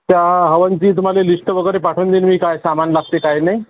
त्या हवनाची तुम्हाला लिस्ट वगैरे पाठवून देईन मी काय सामान लागते काय नाही